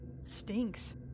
stinks